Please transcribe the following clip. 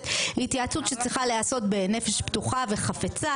היא התייעצות שצריכה להיעשות בנפש פתוחה וחפצה,